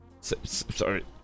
Sorry